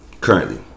currently